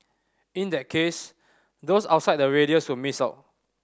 in that case those outside the radius would miss out